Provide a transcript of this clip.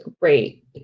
great